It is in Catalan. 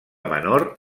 menor